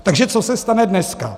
Takže co se stane dnes?